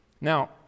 Now